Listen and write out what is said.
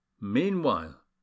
Meanwhile